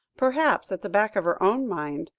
perhaps, at the back of her own mind,